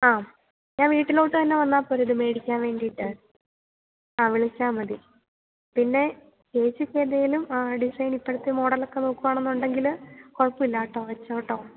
ആ ഞാൻ വീട്ടിലേക്ക് തന്നെ വന്നാല് പോരെ ഇത് മേടിക്കാൻ വേണ്ടിയിട്ട് ആ വിളിച്ചാല് മതി പിന്നെ ചേച്ചിക്കെന്തെങ്കിലും ഡിസൈൻ ഇപ്പോഴത്തെ മോഡലൊക്കെ നോക്കുകയാണെന്നുണ്ടെങ്കില് കുഴപ്പമില്ല കേട്ടോ വെച്ചോളൂ കേട്ടോ